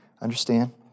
Understand